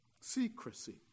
Secrecy